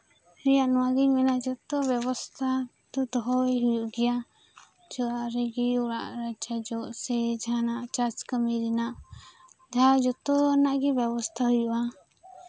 ᱨᱮᱭᱟᱜ ᱱᱚᱶᱟ ᱜᱤᱧ ᱢᱮᱱᱟ ᱡᱚᱛᱚ ᱵᱮᱵᱚᱥᱛᱟ ᱫᱚ ᱫᱚᱦᱚᱭ ᱦᱩᱭᱩᱜ ᱜᱮᱭᱟ ᱚᱲᱟᱜ ᱨᱮᱜᱤ ᱡᱚᱜ ᱥᱮ ᱡᱟᱦᱟᱸᱱᱟᱜ ᱪᱟᱥ ᱠᱟᱹᱢᱤ ᱨᱮᱱᱟᱜ ᱡᱟᱦᱟᱸ ᱡᱚᱛᱚ ᱨᱮᱱᱟᱜ ᱜᱮ ᱵᱮᱵᱚᱥᱛᱟ ᱦᱩᱭᱩᱜᱼᱟ